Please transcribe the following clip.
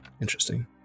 Interesting